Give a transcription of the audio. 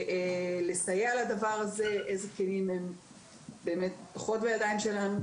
לסייע לדבר הזה, איזה כלים הם פחות בידיים שלנו.